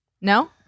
No